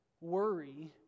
Worry